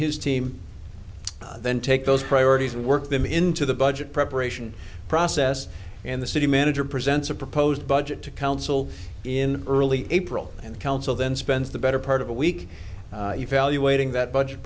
his team then take those priorities and work them into the budget preparation process and the city manager presents a proposed budget to council in early april and council then spent the better part of a week evaluating that budget